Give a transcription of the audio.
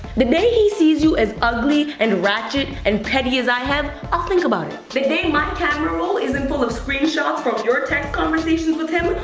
the day he sees you as ugly and ratchet and petty as i have, i'll think about it. the day my camera roll isn't full of screenshots from your text conversations with him,